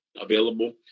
available